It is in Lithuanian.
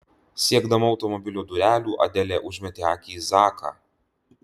siekdama automobilio durelių adelė užmetė akį į zaką